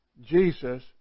Jesus